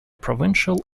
provincial